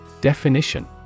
Definition